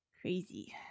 Crazy